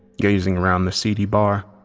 gazing around the seedy bar.